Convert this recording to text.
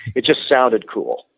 it just sounded cool,